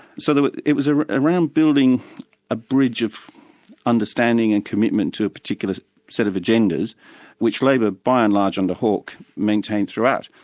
so it it was ah around building a bridge of understanding and commitment to a particular set of agendas which labor by and large under hawke, maintained throughout.